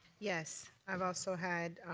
yes. i've also had